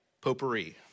Potpourri